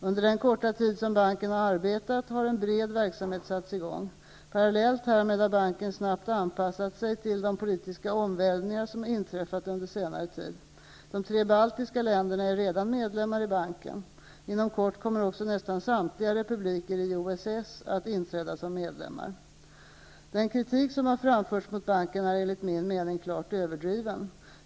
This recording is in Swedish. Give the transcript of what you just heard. Under den korta tid som banken har arbetat, har en bred verksamhet satts i gång. Parallellt härmed har banken snabbt anpassat sig till de politiska omvälvningar som inträffat under senare tid. De tre baltiska länderna är redan medlemmar i banken. Inom kort kommer också nästan samtliga republiker i OSS att inträda. Den kritik som har framförts mot banken är enligt min mening klart överdriven.